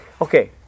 Okay